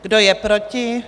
Kdo je proti?